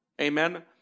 amen